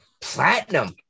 Platinum